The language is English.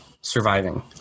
surviving